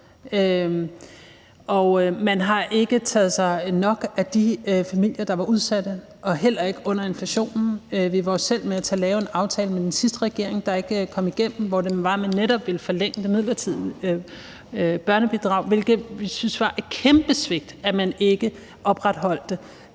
Man har ikke taget sig nok af de familier, der var udsatte, heller ikke under inflationen. Vi var jo selv med til at lave en aftale med den sidste regering, der ikke kom igennem, hvor det var, at vi netop ville forlænge det midlertidige børnebidrag. Det syntes vi var et kæmpe svigt, altså at man ikke opretholdt det.